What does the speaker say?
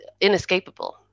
inescapable